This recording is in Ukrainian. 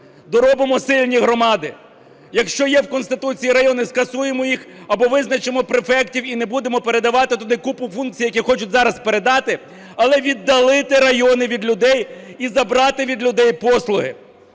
доробимо сильні громади. Якщо є в Конституції райони, скасуємо їх або визначимо префектів, і не будемо передавати туди купу функцій, які хочуть зараз передати. Але віддалити райони від людей і забрати від людей послуги…